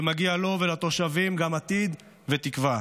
ומגיעים לו ולתושבים גם עתיד ותקווה.